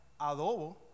adobo